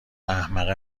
احمقه